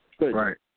right